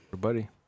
buddy